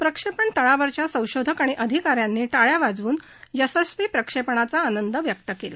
प्रक्षेपण तळावरच्या संशोधक आणि अधिकाऱ्यांनी टाळया वाजवून यशस्वी प्रक्षेपणाचा आनंद व्यक्त केला